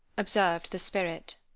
observed the spirit.